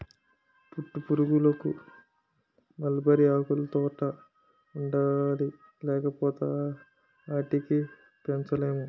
పట్టుపురుగులకు మల్బరీ ఆకులుతోట ఉండాలి లేపోతే ఆటిని పెంచలేము